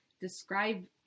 Describe